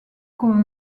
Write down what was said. comme